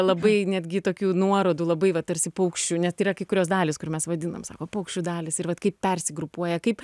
labai netgi tokių nuorodų labai va tarsi paukščių net yra kai kurios dalys kur mes vadinam sako paukščių dalys ir vat kaip persigrupuoja kaip